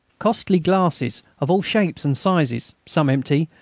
costly glasses of all shapes and sizes, some empty,